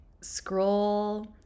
scroll